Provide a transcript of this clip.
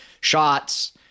shots